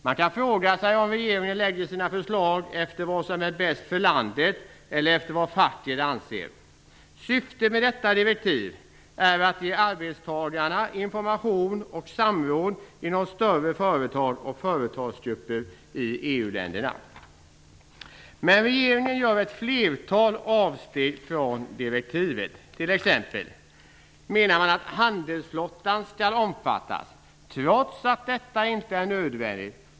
Man kan fråga sig om regeringen lägger fram sina förslag efter vad som är bäst för landet eller efter vad facket anser. Syftet med detta direktiv är att arbetstagarna skall ges information och samråd inom större företag och företagsgrupper i EU-länderna. Men regeringen gör ett flertal avsteg från direktivet. Man menar t.ex. att handelsflottan skall omfattas, trots att det inte är nödvändigt.